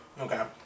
okay